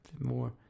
more